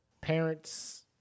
parents